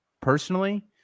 personally